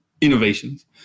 innovations